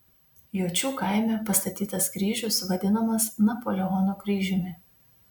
juočių kaime pastatytas kryžius vadinamas napoleono kryžiumi